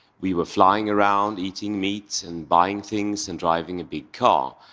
we were flying around, eating meat and buying things and driving a big car.